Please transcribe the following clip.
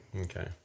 Okay